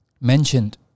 mentioned